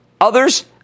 Others